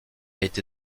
été